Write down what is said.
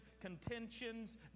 contentions